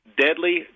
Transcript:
deadly